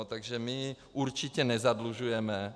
Takže my určitě nezadlužujeme.